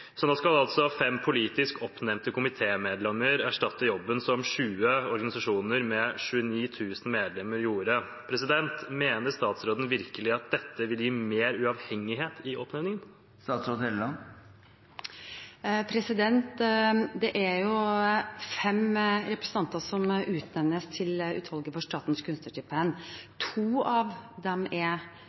så dette henger ikke helt i hop. Nå skal altså fem politisk oppnevnte komitémedlemmer erstatte jobben som 20 organisasjoner med 29 000 medlemmer gjorde. Mener statsråden virkelig at dette vil gi mer uavhengighet i oppnevningen? Det er fem representanter som utnevnes til Utvalget for statens kunstnerstipend. To av dem er